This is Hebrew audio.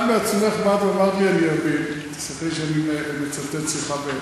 את בעצמך באת ואמרת לי, תסלחי לי שאני מצטט שיחה.